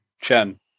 Chen